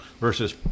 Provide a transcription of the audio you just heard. versus